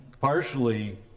partially